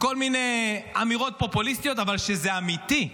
כל מיני אמירות פופוליסטיות, אבל כשזה אמיתי,